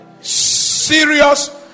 Serious